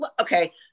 okay